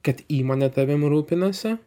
kad įmonė tavim rūpinasi